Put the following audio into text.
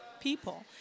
people